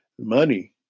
Money